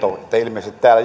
tämä